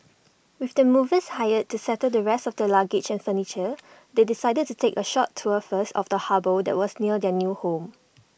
with the movers hired to settle the rest of their luggage and furniture they decided to take A short tour first of the harbour that was near their new home